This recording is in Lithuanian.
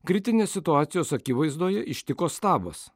kritinės situacijos akivaizdoje ištiko stabas